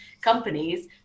companies